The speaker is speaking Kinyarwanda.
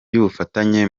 y’ubufatanye